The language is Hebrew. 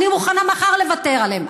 אני מוכנה מחר לוותר עליהם.